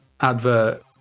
advert